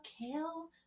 kale